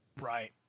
Right